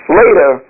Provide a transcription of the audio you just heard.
later